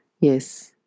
yes